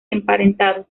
emparentados